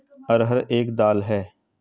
अरहर एक दाल है